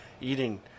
eating